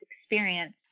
experience